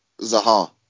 Zaha